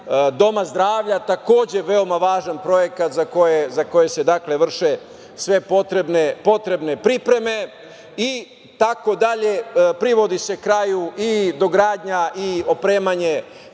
doma zdravlja. Takođe veoma važan projekat za koji se vrše sve potrebne pripreme itd. Privodi se kraju i dogradnja i opremanje